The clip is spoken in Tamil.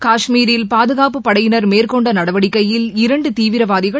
காஷ்மீரில் பாதுகாப்புப் படையினர் மேற்கொண்ட நடவடிக்கையில் இரண்டு தீவிரவாதிகள்